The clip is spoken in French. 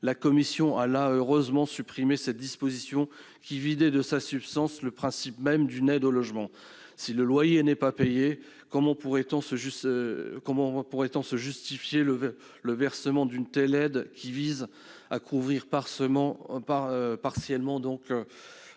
La commission a heureusement supprimé cette disposition, qui vidait de sa substance le principe même d'une aide au logement. Si le loyer n'est pas payé, comment pourrait-on justifier le versement d'une telle aide, qui vise à couvrir partiellement le paiement